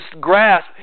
grasp